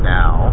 now